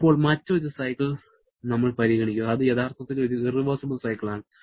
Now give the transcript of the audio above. ഇപ്പോൾ മറ്റൊരു സൈക്കിൾ നമ്മൾ പരിഗണിക്കുന്നു അത് യഥാർത്ഥത്തിൽ ഒരു ഇറവെഴ്സിബിൾ സൈക്കിൾ ആണ്